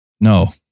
No